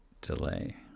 delay